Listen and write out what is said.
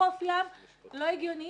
לא ידוע לי מי יזם את זה.